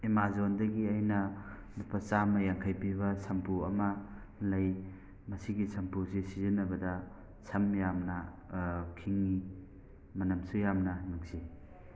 ꯑꯦꯃꯥꯖꯣꯟꯗꯒꯤ ꯑꯩꯅ ꯂꯨꯄꯥ ꯆꯥꯝꯃ ꯌꯥꯡꯈꯩ ꯄꯤꯕ ꯁꯝꯄꯨ ꯑꯃ ꯂꯩ ꯃꯁꯤꯒꯤ ꯁꯝꯄꯨꯁꯤ ꯁꯤꯖꯤꯟꯅꯕꯗ ꯁꯝ ꯌꯥꯝꯅ ꯈꯤꯡꯉꯤ ꯃꯅꯝꯁꯨ ꯌꯥꯝꯅ ꯅꯨꯡꯁꯤ